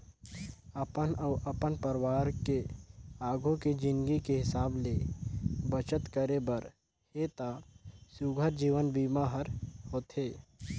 अपन अउ अपन परवार के आघू के जिनगी के हिसाब ले बचत करे बर हे त सुग्घर जीवन बीमा हर होथे